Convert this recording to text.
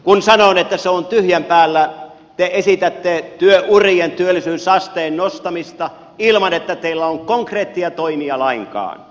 kun sanon että se on tyhjän päällä te esitätte työurien työllisyysasteen nostamista ilman että teillä on konkreetteja toimia lainkaan